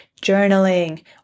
journaling